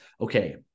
okay